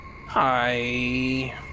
Hi